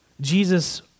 Jesus